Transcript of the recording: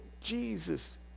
Jesus